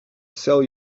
sell